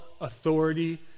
authority